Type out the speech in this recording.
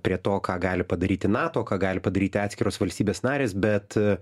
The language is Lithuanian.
prie to ką gali padaryti nato ką gali padaryti atskiros valstybės narės bet